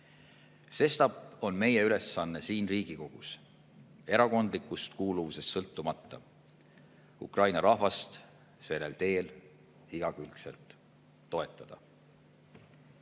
Sestap on meie ülesanne siin Riigikogus erakondlikust kuuluvusest sõltumata Ukraina rahvast sellel teel igakülgselt toetada.